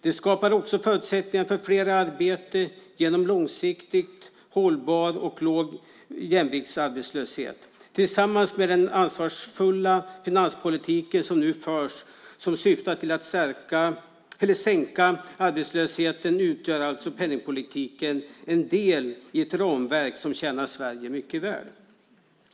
Det skapar också förutsättningar för fler i arbete genom en långsiktigt hållbar och låg jämviktsarbetslöshet. Tillsammans med den ansvarsfulla finanspolitik som nu förs som syftar till att sänka arbetslösheten utgör alltså penningpolitiken en del i ett ramverk som tjänar Sverige mycket väl.